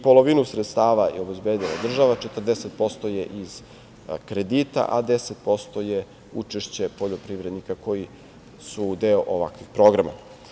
Polovinu sredstava je obezbedila država, 40% je iz kredita, a 10% je učešće poljoprivrednika koji su deo ovakvih programa.